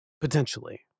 Potentially